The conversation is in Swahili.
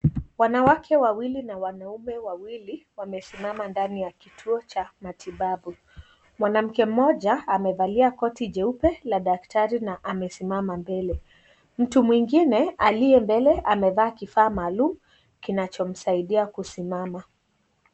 Wanawake wawili na wanaume wawili wamesimama ndani ya kituo cha matibabu, mwanmke mmoja amevalia koti jeupe la daktari na amesimama mbele, mtu mwingine aliye mbele amevaa kifaa maalum kinachomsaidia kusimama.